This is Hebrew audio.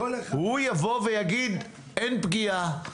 יש, הוא יבוא ויגיד: אין פגיעה.